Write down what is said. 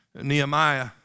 Nehemiah